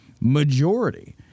majority